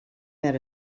had